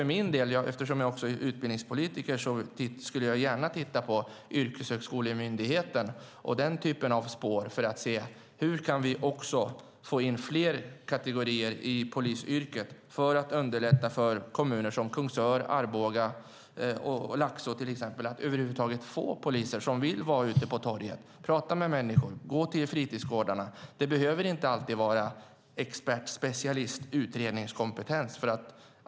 Eftersom jag också är utbildningspolitiker skulle jag gärna även titta på yrkeshögskolemyndigheten och den typen av spår för att se hur vi kan få in fler kategorier i polisyrket och därmed underlätta för kommuner som Kungsör, Arboga och Laxå att alls få poliser som vill vara ute på torget, tala med människor, gå till fritidsgårdarna. De behöver inte alltid ha expert-, specialist-, utredningskompetens.